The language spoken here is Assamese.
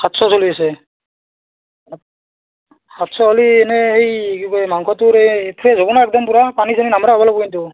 সাতশ চলি আছে সাতশ হ'লে এনেই হেৰি কি কয় মাংসটো এই ফ্ৰেছ হ'ব না একদম পূৰা পানী চানী নমৰা হ'ব লাগিব কিন্তু